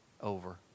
over